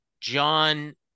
John